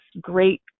great